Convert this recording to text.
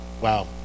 Wow